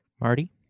Marty